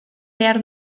behar